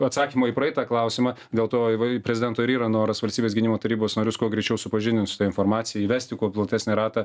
atsakymo į praeitą klausimą dėl to į va prezidento ir yra noras valstybės gynimo tarybos narius kuo greičiau supažindint su ta informacija įvesti kuo platesnį ratą